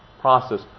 process